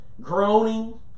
groaning